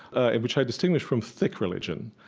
ah and which i distinguish from thick religion.